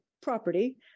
property